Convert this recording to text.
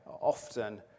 often